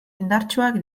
indartsuak